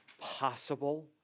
possible